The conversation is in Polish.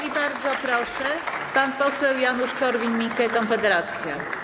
I bardzo proszę, pan poseł Janusz Korwin-Mikke, Konfederacja.